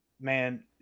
man